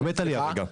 החמאת לי, דרך אגב.